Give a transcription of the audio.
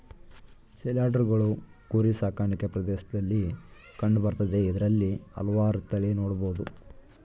ಸೇಲ್ಯಾರ್ಡ್ಗಳು ಕುರಿ ಸಾಕಾಣಿಕೆ ಪ್ರದೇಶ್ದಲ್ಲಿ ಕಂಡು ಬರ್ತದೆ ಇದ್ರಲ್ಲಿ ಹಲ್ವಾರ್ ತಳಿ ನೊಡ್ಬೊದು